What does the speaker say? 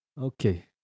okay